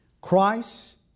Christ